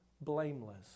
blameless